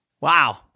Wow